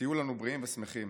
שתהיו לנו בריאים ושמחים.